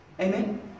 Amen